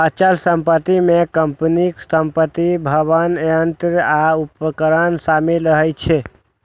अचल संपत्ति मे कंपनीक संपत्ति, भवन, संयंत्र आ उपकरण शामिल रहै छै